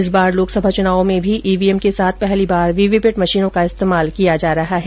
इस बार लोकसभा चुनाव में भी ईवीएम के साथ पहली बार वीवीपेट मशीनों का इस्तेमाल किया जा रहा है